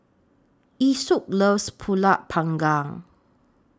Esau loves Pulut Panggang